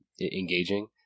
engaging